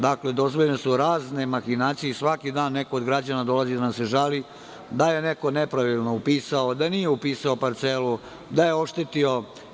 Dakle, dozvoljene su razne mahinacije i svaki dan neko od građana dolazi da nam se žali da je neko nepravilno upisao, da nije upisao parcelu, da je oštetio.